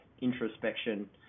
introspection